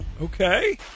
Okay